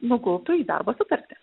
nugultų į darbo sutartį